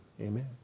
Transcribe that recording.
Amen